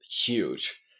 huge